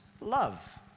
love